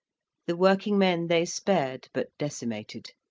the working men they spared but decimated.